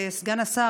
סגן השר,